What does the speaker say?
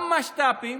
גם משת"פים,